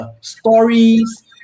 stories